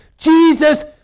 Jesus